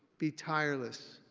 be tireless,